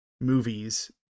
movies